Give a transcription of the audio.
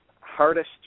hardest